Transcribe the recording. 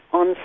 on